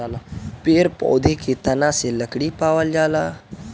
पेड़ पौधा के तना से लकड़ी पावल जाला